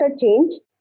change